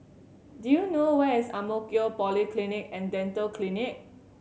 do you know where is Ang Mo Kio Polyclinic and Dental Clinic